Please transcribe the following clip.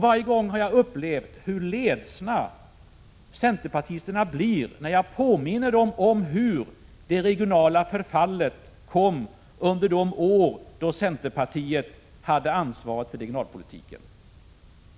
Varje gång har jag upplevt hur ledsna centerpartisterna blir när jag påminner dem om hur det regionala förfallet kom under de år då centerpartiet hade ansvaret för regionalpolitiken.